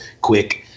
quick